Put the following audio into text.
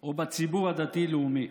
או בציבור הדתי הלאומי.